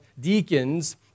deacons